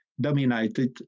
dominated